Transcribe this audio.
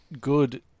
good